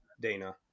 Dana